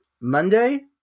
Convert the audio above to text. Monday